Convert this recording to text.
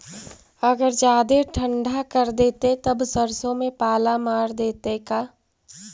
अगर जादे ठंडा कर देतै तब सरसों में पाला मार देतै का?